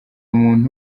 umuntu